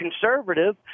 conservative